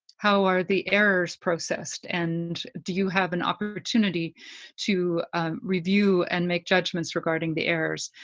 how are the errors processed and do you have an opportunity to review and make judgments regarding the errors?